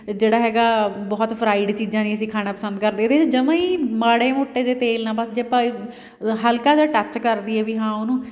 ਜਿਹੜਾ ਹੈਗਾ ਬਹੁਤ ਫਰਾਈਡ ਚੀਜ਼ਾਂ ਨਹੀਂ ਅਸੀਂ ਖਾਣਾ ਪਸੰਦ ਕਰਦੇ ਇਹਦੇ 'ਚ ਜਮਾਂ ਹੀ ਮਾੜੇ ਮੋਟੇ ਜਿਹੇ ਤੇਲ ਨਾਲ਼ ਬਸ ਜੇ ਆਪਾਂ ਹਲਕਾ ਜਿਹਾ ਟੱਚ ਕਰ ਦਈਏ ਵੀ ਹਾਂ ਉਹਨੂੰ